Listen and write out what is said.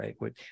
right